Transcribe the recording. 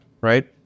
right